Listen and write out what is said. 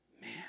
man